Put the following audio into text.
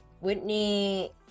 Whitney